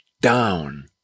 down